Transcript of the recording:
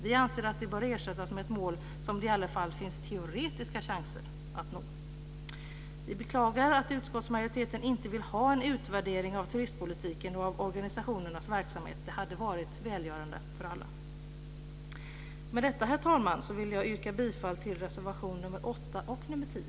Vi anser att det bör ersättas med ett mål som det i alla fall finns teoretiska chanser att nå. Vi beklagar att utskottsmajoriteten inte vill ha en utvärdering av turistpolitiken och av organisationernas verksamhet, för det hade varit välgörande för alla. Med detta, herr talman, yrkar jag bifall till reservationerna 8 och 10.